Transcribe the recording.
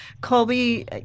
Colby